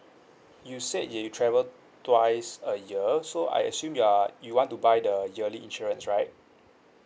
you said you travel twice a year so I assume you are you want to buy the yearly insurance right